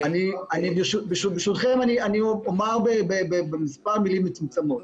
ברשותכם אני אומר במספר מילים מצומצמות,